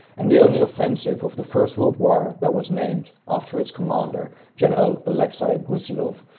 and the only offensive of the first world war that was named after its commander, general alexei brusilov.